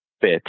fit